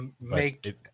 Make